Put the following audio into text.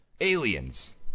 Aliens